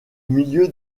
milieu